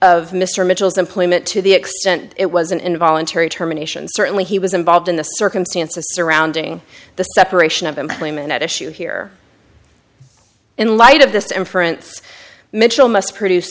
of mr mitchell's employment to the extent it was an involuntary terminations certainly he was involved in the circumstances surrounding the separation of employment at issue here in light of this inference mitchell must produce